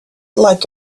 like